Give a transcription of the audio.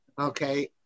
Okay